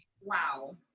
Wow